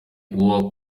uwo